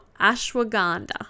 ashwagandha